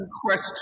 question